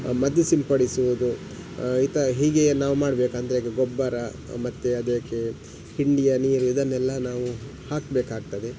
ಮದ್ದು ಸಿಂಪಡಿಸುವುದು ಈ ಥರ ಹೀಗೆ ನಾವವು ಮಾಡಬೇಕು ಅಂದರೆ ಈಗ ಗೊಬ್ಬರ ಮತ್ತೆ ಅದಕ್ಕೆ ಹಿಂಡಿಯ ನೀರು ಇದನ್ನೆಲ್ಲ ನಾವು ಹಾಕಬೇಕಾಗ್ತದೆ